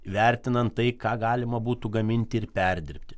vertinant tai ką galima būtų gaminti ir perdirbti